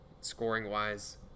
scoring-wise